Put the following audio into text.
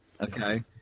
Okay